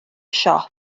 siop